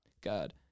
God